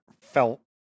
felt